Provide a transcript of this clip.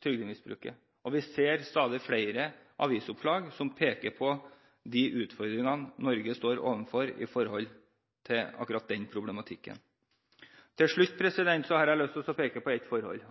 trygdemisbruket. Vi ser stadig flere avisoppslag som peker på de utfordringene Norge står overfor når det gjelder akkurat den problematikken. Til slutt har jeg lyst til å peke på et forhold